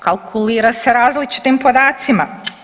Kalkulira se različitim podacima.